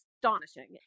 Astonishing